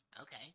okay